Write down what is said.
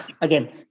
Again